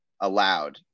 allowed